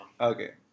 Okay